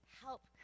help